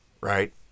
right